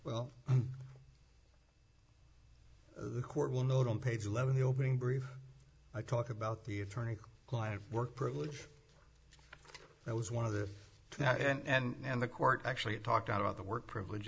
well the court will note on page eleven the opening brief i talk about the attorney client work privilege that was one of the that and the court actually talked about the work privilege